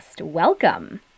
Welcome